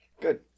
Good